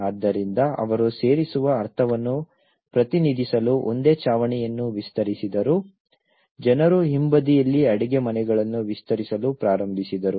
ಆದ್ದರಿಂದ ಅವರು ಸೇರಿರುವ ಅರ್ಥವನ್ನು ಪ್ರತಿನಿಧಿಸಲು ಒಂದೇ ಛಾವಣಿಯನ್ನು ವಿಸ್ತರಿಸಿದರು ಜನರು ಹಿಂಬದಿಯಲ್ಲಿ ಅಡಿಗೆಮನೆಗಳನ್ನು ವಿಸ್ತರಿಸಲು ಪ್ರಾರಂಭಿಸಿದರು